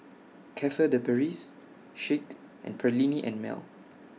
Cafe De Paris Schick and Perllini and Mel